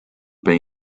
bei